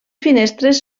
finestres